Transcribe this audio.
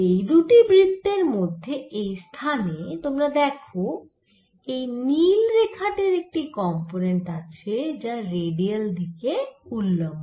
এই দুটি বৃত্তের মধ্যে এই স্থানে তোমরা দেখো এই নীল রেখা টির একটি কম্পোনেন্ট আছে যা রেডিয়াল দিকে উল্লম্ব